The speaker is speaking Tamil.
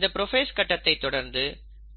இந்த புரோஃபேஸ் கட்டத்தைத் தொடர்ந்து